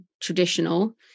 traditional